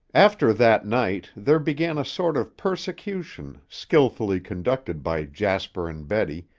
after that night, there began a sort of persecution, skillfully conducted by jasper and betty,